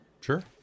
Sure